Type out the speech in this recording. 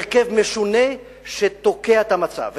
הרכב משונה שתוקע את המצב.